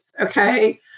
okay